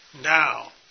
now